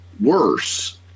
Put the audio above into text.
worse